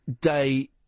day